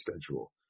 schedule